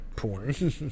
Porn